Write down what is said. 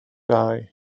dau